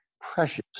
precious